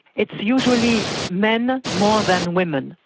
it's usually men, more than women.